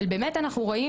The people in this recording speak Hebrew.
אבל באמת אנחנו רואים